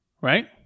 Right